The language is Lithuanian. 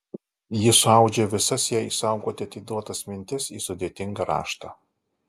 ji suaudžia visas jai saugoti atiduotas mintis į sudėtingą raštą